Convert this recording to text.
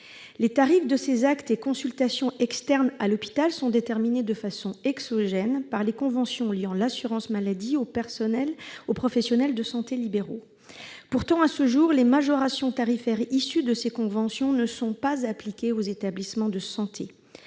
Les tarifs de ces actes et consultations externes à l'hôpital sont déterminés de façon exogène par les conventions liant l'assurance maladie aux professionnels de santé libéraux. Pourtant, à ce jour, les majorations tarifaires issues de ces conventions ne sont pas appliquées aux établissements de santé.